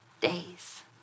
days